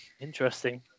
interesting